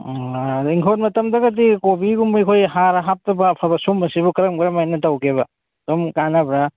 ꯎꯝ ꯑꯥ ꯑꯗꯒꯤ ꯏꯪꯈꯣꯟ ꯃꯇꯝꯗꯒꯗꯤ ꯀꯣꯕꯤꯒꯨꯝꯕ ꯑꯩꯈꯣꯏ ꯍꯥꯔ ꯍꯥꯞꯇꯕ ꯑꯐꯕ ꯁꯤꯒꯨꯝꯕꯁꯤꯕꯨ ꯀꯔꯝ ꯀꯔꯝ ꯍꯥꯏꯅ ꯇꯧꯒꯦꯕ ꯑꯗꯨꯝ ꯀꯥꯟꯅꯕ꯭ꯔꯥ